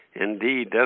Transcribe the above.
Indeed